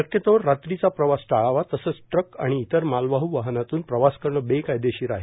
शक्यतोवर रात्रीचा प्रवास टाळावा तसंच ट्रक आणि इतर मालवाह वाहनातून प्रवास करणे बेकायदेशीर आहे